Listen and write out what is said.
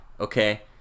okay